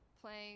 playing